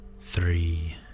three